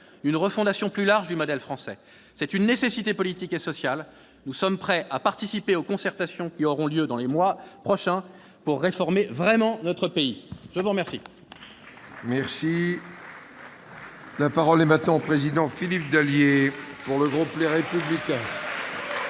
d'une refondation plus large du modèle français. C'est une nécessité politique et sociale. Nous sommes prêts à participer aux concertations qui auront lieu dans les prochains mois pour réformer vraiment notre pays ! La parole